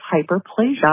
hyperplasia